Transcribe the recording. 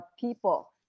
people